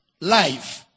Life